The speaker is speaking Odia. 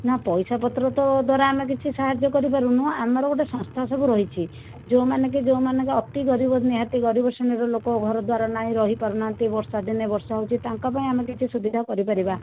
ନା ପଇସାପତ୍ର ତ ଦ୍ୱାରା ଆମେ କିଛି ସାହାଯ୍ୟ କରିପାରୁନୁ ଆମର ଗୋଟେ ସଂସ୍ଥା ସବୁ ରହିଛି ଯେଉଁମାନେ କି ଯେଉଁମାନେ ଅତି ଗରିବ ନିହାତି ଗରିବ ଶ୍ରେଣୀର ଲୋକ ଘରଦ୍ୱାର ନାହିଁ ରହିପାରୁନାହାନ୍ତି ବର୍ଷା ଦିନେ ବର୍ଷା ହେଉଛି ତାଙ୍କ ପାଇଁ ଆମେ କିଛି ସୁବିଧା କରି ପାରିବା